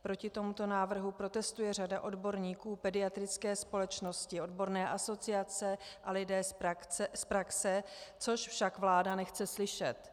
Proti tomuto návrhu protestuje řada odborníků, pediatrické společnosti, odborné asociace a lidé z praxe, což však vláda nechce slyšet.